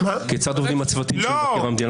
כיצד עובדים הצוותים של מבקר המדינה.